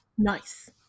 Nice